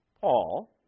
Paul